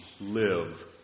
live